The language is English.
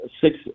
six